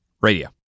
Radio